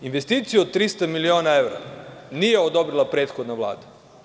Investiciju od 300 miliona evra nije odobrila prethodna Vlada.